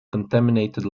contaminated